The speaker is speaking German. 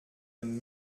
den